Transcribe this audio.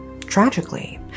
Tragically